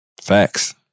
Facts